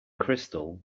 crystal